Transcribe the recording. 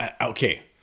Okay